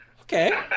Okay